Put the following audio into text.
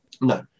No